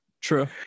True